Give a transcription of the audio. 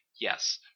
yes